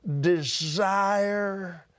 desire